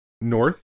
North